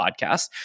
podcast